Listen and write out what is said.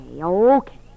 okay